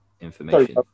information